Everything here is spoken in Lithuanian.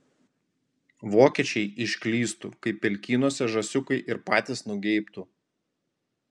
vokiečiai išklystų kaip pelkynuose žąsiukai ir patys nugeibtų